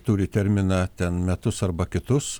turi terminą ten metus arba kitus